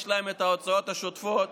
ויש להם הוצאות שוטפות